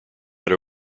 that